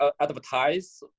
advertise